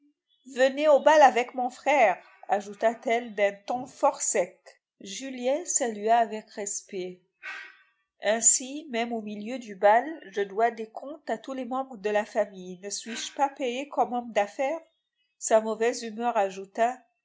venez au bal avec mon frère ajouta-t-elle d'un ton fort sec julien salua avec respect ainsi même au milieu du bal je dois des comptes à tous les membres de la famille ne suis-je pas payé comme homme d'affaires sa mauvaise humeur ajouta